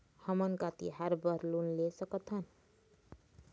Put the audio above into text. हमन का तिहार बर लोन ले सकथन?